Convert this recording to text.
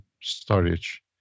storage